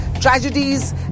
tragedies